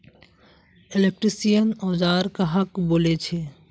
Electrician औजार कहाक बोले छे?